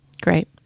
Great